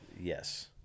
yes